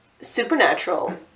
Supernatural